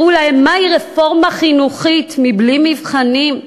הראו להם מהי רפורמה חינוכית בלי מבחנים,